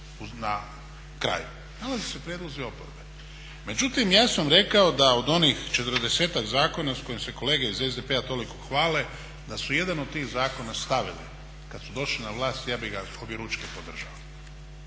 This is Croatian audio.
na kraju. Nalaze se prijedlozi oporbe. Međutim ja sam rekao da od onih 40-ak zakona s kojima se kolege iz SDP-a toliko hvale da su jedan od tih zakona stavili, kada su došli na vlast, ja bih ga objeručke podržao.